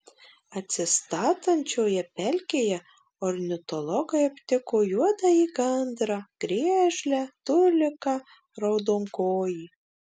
atsistatančioje pelkėje ornitologai aptiko juodąjį gandrą griežlę tuliką raudonkojį